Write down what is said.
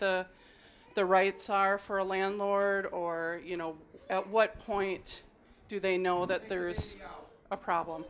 the the rights are for a landlord or you know what point do they know that there is a problem